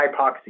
hypoxia